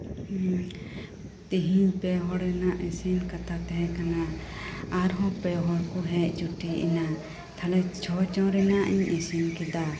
ᱛᱤᱦᱤᱧ ᱯᱮᱦᱚᱲ ᱨᱮᱱᱟᱜ ᱤᱥᱤᱱ ᱠᱟᱛᱷᱟ ᱛᱟᱦᱮᱸ ᱠᱟᱱᱟ ᱟᱨᱦᱚᱸ ᱯᱮᱼᱦᱚᱲᱠᱚ ᱦᱮᱡ ᱡᱩᱴᱤᱡ ᱮᱱᱟ ᱛᱟᱦᱚᱞᱮ ᱪᱷᱚᱼᱡᱚᱱ ᱨᱮᱱᱟᱜ ᱤᱧ ᱤᱥᱤᱱ ᱠᱮᱫᱟ